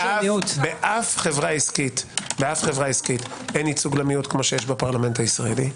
באף חברה עסקית אין ייצוג למיעוט כפי שקיים בפרלמנט הישראלי.